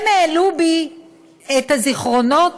הם העלו בי את הזיכרונות